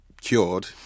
cured